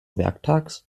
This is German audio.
werktags